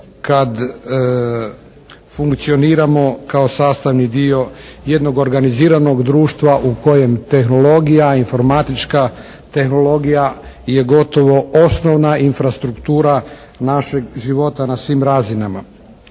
kad funkcioniramo kao sastavni dio jednog organiziranog društva u kojem tehnologija, informatička tehnologija je gotovo osnovna infrastruktura našeg života na svim razinama.